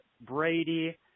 Brady